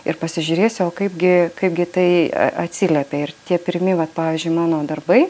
ir pasižiūrėsiu o kaipgi kaipgi tai atsiliepia ir tie pirmi vat pavyzdžiui mano darbai